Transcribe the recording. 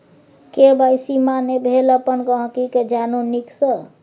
KYC माने भेल अपन गांहिकी केँ जानु नीक सँ